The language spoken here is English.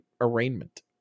arraignment